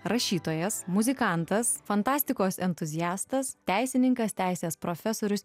rašytojas muzikantas fantastikos entuziastas teisininkas teisės profesorius